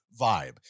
vibe